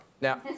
Now